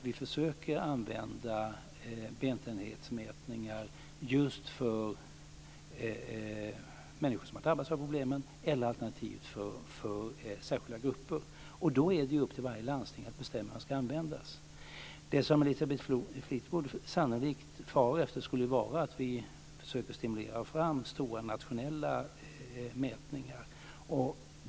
Vi försöker använda bentäthetsmätningar just för människor som har drabbats av problemen eller, alternativt, för särskilda grupper. Då är det upp till varje landsting att bestämma vad som ska användas. Elisabeth Fleetwood far sannolikt efter att vi skulle försöka stimulera fram stora nationella mätningar.